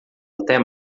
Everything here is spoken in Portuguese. até